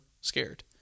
scared